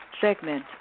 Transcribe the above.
segment